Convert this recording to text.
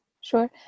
Sure